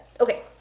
Okay